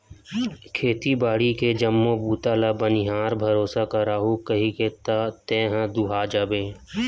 खेती बाड़ी के जम्मो बूता ल बनिहार भरोसा कराहूँ कहिके त तेहा दूहा जाबे